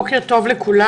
בוקר טוב לכולם.